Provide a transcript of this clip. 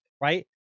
right